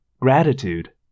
Gratitude